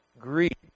greed